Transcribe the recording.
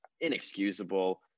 inexcusable